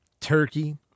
turkey